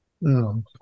no